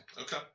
Okay